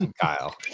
Kyle